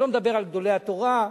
אני לא מדבר על גדולי התורה.